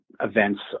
events